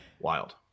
wild